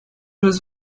was